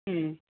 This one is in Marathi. हं